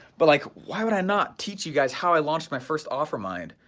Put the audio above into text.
but like why would i not teach you guys how i launched my first offermind,